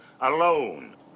alone